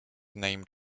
named